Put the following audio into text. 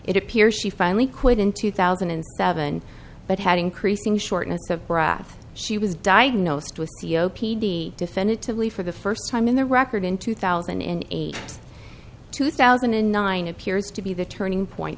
it appears she finally quit in two thousand and seven but had increasing shortness of breath she was diagnosed with seo p d definitively for the first time in the record in two thousand and eight two thousand and nine appears to be the turning point